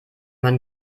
man